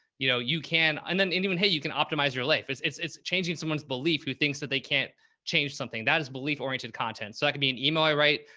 you know, you can, and then even, hey, you can optimize your life. it's it's, it's changing someone's belief who thinks that they can't change something that is belief oriented content. so that could be an email i write,